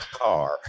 car